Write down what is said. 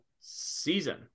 season